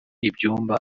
ibyumba